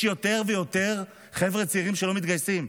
יש יותר ויותר חבר'ה צעירים שלא מתגייסים,